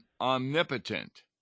omnipotent